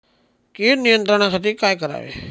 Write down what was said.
कीड नियंत्रणासाठी काय करावे?